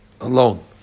alone